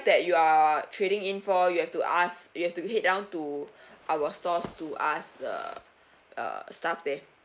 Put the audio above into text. that you are trading in for you have to ask you have to head down to our stores to ask the the staff there